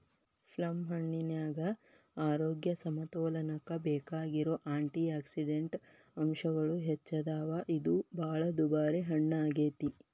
ಪ್ಲಮ್ಹಣ್ಣಿನ್ಯಾಗ ಆರೋಗ್ಯ ಸಮತೋಲನಕ್ಕ ಬೇಕಾಗಿರೋ ಆ್ಯಂಟಿಯಾಕ್ಸಿಡಂಟ್ ಅಂಶಗಳು ಹೆಚ್ಚದಾವ, ಇದು ಬಾಳ ದುಬಾರಿ ಹಣ್ಣಾಗೇತಿ